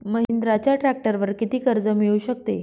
महिंद्राच्या ट्रॅक्टरवर किती कर्ज मिळू शकते?